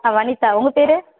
ஆ வனிதா உங்கள் பேர்